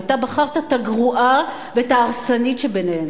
ואתה בחרת את הגרועה ואת ההרסנית שביניהן.